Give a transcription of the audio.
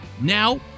Now